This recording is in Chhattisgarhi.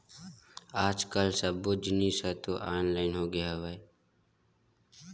आज कल सब्बो जिनिस तो ऑनलाइन होगे हवय